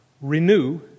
renew